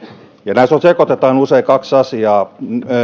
näissä sekoitetaan usein kaksi asiaa